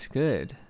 good 。